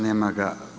Nema ga.